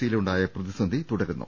സിയിലുണ്ടായ പ്രതിസന്ധി തുടരുന്നു